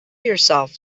yourself